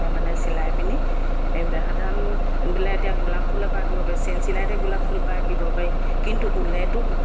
মানে চিলাই পিনি সাধাৰণ পেলাই এতিয়া গোলাপ ফুলপাহ আঁকিব পাৰি চেন চিলাইতে গোলাপ ফুলপাহ আঁকিব পাৰি কিন্তু ঊলেৰেতো